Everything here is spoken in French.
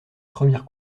première